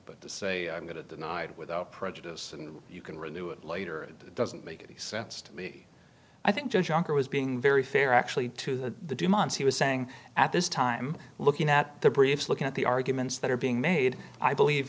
but the say i'm going to deny it without prejudice and you can renew it later it doesn't make any sense to me i think juncker was being very fair actually to the months he was saying at this time looking at the briefs look at the arguments that are being made i believe